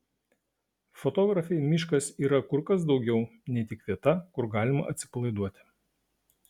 fotografei miškas yra kur kas daugiau nei tik vieta kur galima atsipalaiduoti